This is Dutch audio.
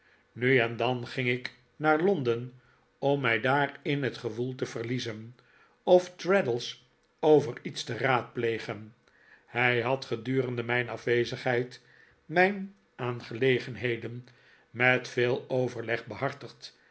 nu en dan ging ik naar londen om mij daar in het gewoel te verliezen of traddles over iets te raadplegen hij had gedurende mijn afwezigheid mijn aangelegenheden met veel overleg hehartigd